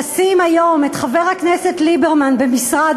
לשים היום את חבר הכנסת ליברמן במשרד